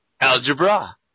algebra